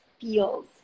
feels